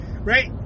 right